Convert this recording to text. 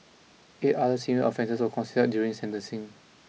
eight other similar offences were considered during sentencing